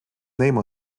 name